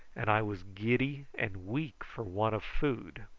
and i was giddy and weak for want of food.